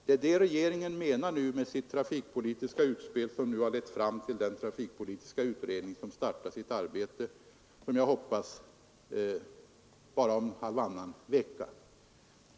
Det är det regeringen syftar till med sitt trafikpolitiska utspel, som nu har lett fram till den trafikpolitiska utredning som jag hoppas startar sitt arbete om bara halvannan vecka.